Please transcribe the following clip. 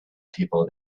people